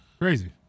Crazy